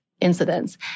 incidents